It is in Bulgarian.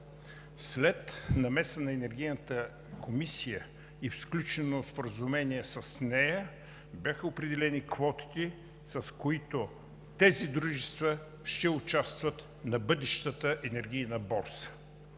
След намеса на Енергийната комисия и сключено споразумение с нея бяха определени квотите, с които тези дружества ще участват на бъдещата енергийна борса.